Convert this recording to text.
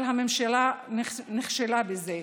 אבל הממשלה נכשלה בזה,